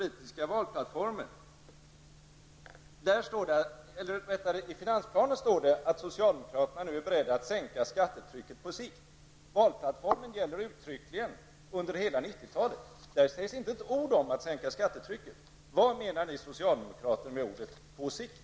I finansplanen står det att socialdemokraterna är beredda att sänka skattetrycket på sikt. Valplattformen gäller uttryckligen under hela 1990 talet. Men där finns inte ett enda ord om att sänka skattetrycket. Vad menar ni socialdemokrater med orden ''på sikt''?